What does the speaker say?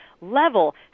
level